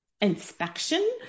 inspection